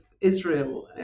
Israel